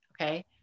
Okay